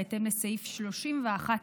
בהתאם לסעיף 31(ב)